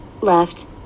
left